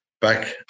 back